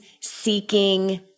seeking